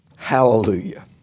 Hallelujah